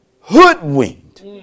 hoodwinked